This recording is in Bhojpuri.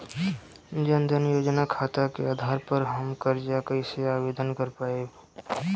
जन धन योजना खाता के आधार पर हम कर्जा कईसे आवेदन कर पाएम?